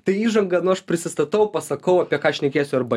tai įžanga nu aš prisistatau pasakau apie ką šnekėsiu arba